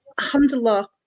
alhamdulillah